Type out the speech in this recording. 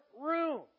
room